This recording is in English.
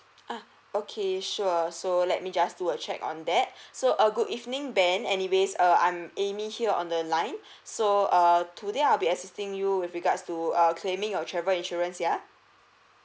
uh okay sure so let me just do a check on that so a good evening ben anyways err I'm amy here on the line so err today I'll be assisting you with regards to err claiming your travel insurance ya